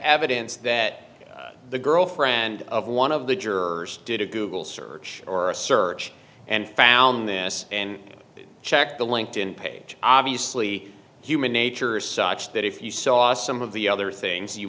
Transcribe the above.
evidence that the girlfriend of one of the jurors did a google search or a search and found this and it checked the linked in page obviously human nature is such that if you saw some of the other things you